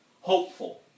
hopeful